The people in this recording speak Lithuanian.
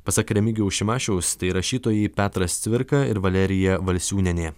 pasak remigijaus šimašiaus tai rašytojai petras cvirka ir valerija valsiūnienė